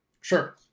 sure